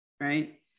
right